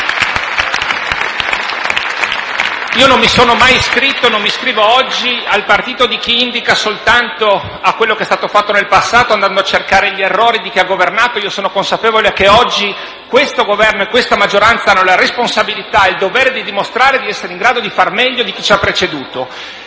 Non mi sono mai iscritto e non lo faccio oggi al partito di chi indica soltanto quello che è stato fatto nel passato, andando a cercare gli errori di chi ha governato. Sono consapevole che oggi il Governo e la maggioranza hanno la responsabilità e il dovere di dimostrare di essere in grado di far meglio di chi ci ha preceduto.